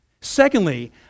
secondly